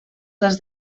les